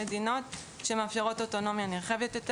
יש מדינות שמאפשרות אוטונומיה נרחבת יותר